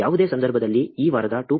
ಯಾವುದೇ ಸಂದರ್ಭದಲ್ಲಿ ಈ ವಾರದ 2